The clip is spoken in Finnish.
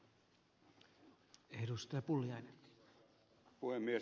arvoisa puhemies